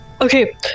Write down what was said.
Okay